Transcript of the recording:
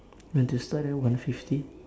you want to start at one fifty